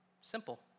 Simple